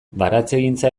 baratzegintza